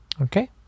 Okay